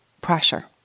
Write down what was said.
pressure